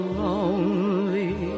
lonely